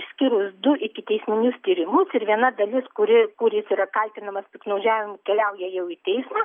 išskyrus du ikiteisminius tyrimus ir viena dalis kuri kur jis yra kaltinamas piktnaudžiavimu keliauja jau į teismą